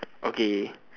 okay